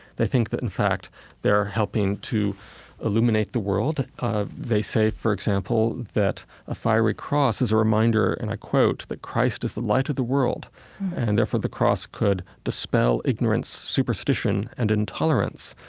they think that in fact they are helping to illuminate the world. ah, they say for example that a fiery cross is a reminder and, i quote, that christ is the light of the world and therefore, the cross could dispel ignorance superstition and intolerance.